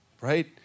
right